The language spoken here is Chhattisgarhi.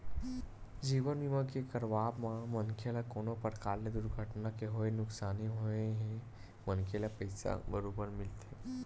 जीवन बीमा के करवाब म मनखे ल कोनो परकार ले दुरघटना के होय नुकसानी होए हे मनखे ल पइसा बरोबर मिलथे